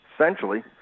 Essentially